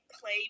play